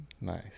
Nice